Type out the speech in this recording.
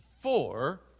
four